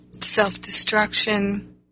self-destruction